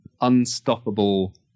unstoppable